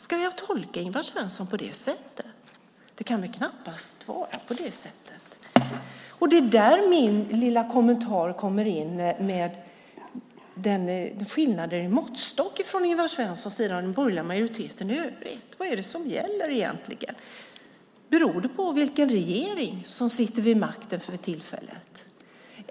Ska jag tolka Ingvar Svensson på det sättet? Det kan väl knappast vara på det sättet? Det är där min lilla kommentar kommer in om skillnaden i måttstock från Ingvar Svenssons sida och den borgerliga majoriteten i övrigt. Vad är det egentligen som gäller? Beror det på vilken regering som sitter vid makten för tillfället?